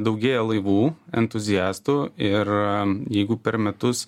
daugėja laivų entuziastų ir jeigu per metus